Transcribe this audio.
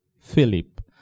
Philip